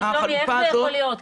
איך זה יכול להיות?